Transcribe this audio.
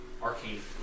arcane